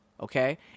okay